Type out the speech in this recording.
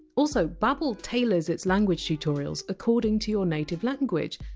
also babbel tailors its language tutorials according to your native language,